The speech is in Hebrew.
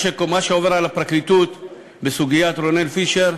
מה שעובר על הפרקליטות בסוגיית רונאל פישר,